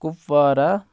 Kupwara